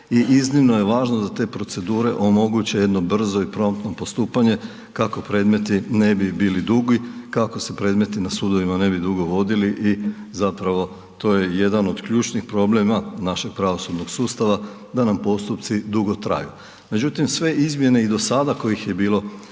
i iznimno je važno da te procedure omoguće jedno brzo i promptno postupanje kako predmeti ne bi bili dugi, kako se predmeti na sudovima ne bi dugo vodili i zapravo to je jedan od ključnih problema našeg pravosudnog sustava da nam postupci drugo traju. Međutim, sve izmjene i do sada kojih je bilo